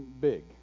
big